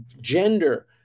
gender